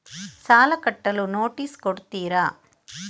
ಸಾಲ ಕಟ್ಟಲು ನೋಟಿಸ್ ಕೊಡುತ್ತೀರ?